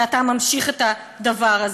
ואתה ממשיך את הדבר הזה.